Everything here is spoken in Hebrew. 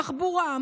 תחבורה,